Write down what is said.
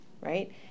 right